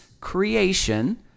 creation